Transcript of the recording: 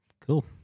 Cool